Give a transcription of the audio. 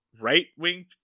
right-wing